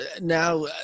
now